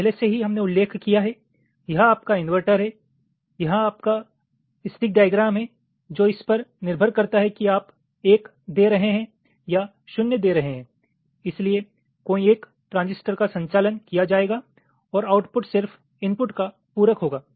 यह पहले से ही हमने उल्लेख किया है यह आपका इन्वर्टर है यह आपका स्टिक डाईग्राम है जो इस पर निर्भर करता है कि आप एक दे रहे हैं या शून्य दे रहे हैं इसलिए कोई एक ट्रांजिस्टर का संचालन किया जाएगा और आउटपुट सिर्फ इनपुट का पूरक होगा